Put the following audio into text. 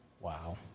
Wow